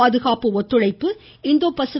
பாதுகாப்பு ஒத்துழைப்பு இந்தோ பசி